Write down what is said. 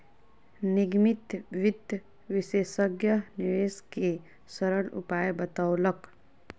निगमित वित्त विशेषज्ञ निवेश के सरल उपाय बतौलक